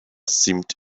seemed